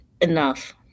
enough